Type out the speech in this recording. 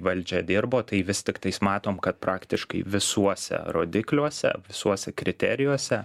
valdžia dirbo tai vis tiktais matom kad praktiškai visuose rodikliuose visuose kriterijuose